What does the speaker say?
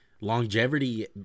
Longevity